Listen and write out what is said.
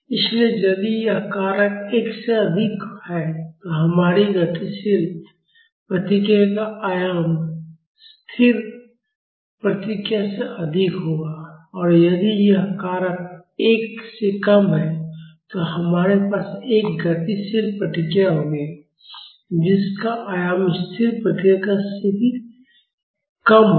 इसलिए यदि यह कारक 1 से अधिक है तो हमारी गतिशील प्रतिक्रिया का आयाम स्थिर प्रतिक्रिया से अधिक होगा और यदि यह कारक 1 से कम है तो हमारे पास एक गतिशील प्रतिक्रिया होगी जिसका आयाम स्थिर प्रतिक्रिया से भी कम होगा